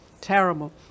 Terrible